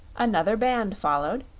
another band followed,